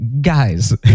guys